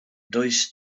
does